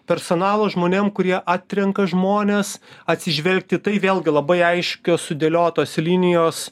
personalo žmonėm kurie atrenka žmones atsižvelgti į tai vėlgi labai aiškios sudėliotos linijos